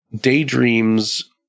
daydreams